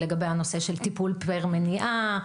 ולגבי הנושא של טיפול פר מניעה.